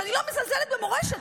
ואני לא מזלזלת במורשת,